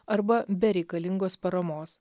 arba be reikalingos paramos